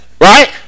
Right